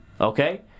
Okay